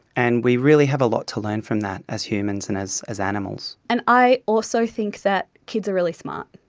and we really have a lot to learn from that as humans and as as animals. and i also think that kids are really smart,